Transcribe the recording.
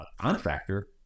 contractor